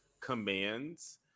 commands